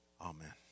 amen